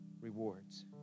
rewards